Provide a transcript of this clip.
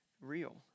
real